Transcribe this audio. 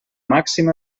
màxim